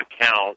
account